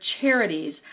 charities